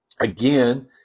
again